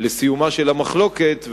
של המחלוקת,